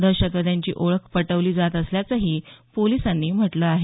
दहशतवाद्यांची ओळख पटवली जात असल्याचंही पोलिसांनी म्हटलं आहे